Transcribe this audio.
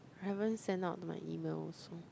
haven't sent out my email also